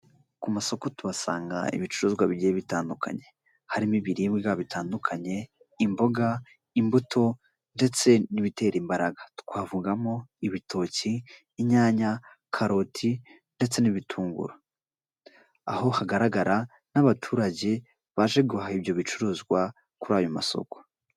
Ku masoko tuhasanga ibicuruzwa bigiye bitandukanye harimo ibiribwa bitandukanye imboga, imbuto ndetse n'ibitera imbaraga twavugamo: ibitoki, inyanya, karoti, ndetse n'ibitunguru. Aho hagaragara n'abaturage baje guhaha ibyo bicuruzwa kuri ayo masoko.